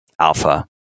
alpha